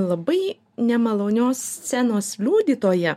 labai nemalonios scenos liudytoja